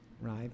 right